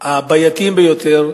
הבעייתיים ביותר,